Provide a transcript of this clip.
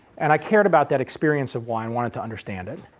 and i cared about that experience of why i wanted to understand it.